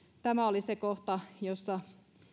tämä oli se kohta jossa